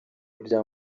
bya